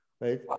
right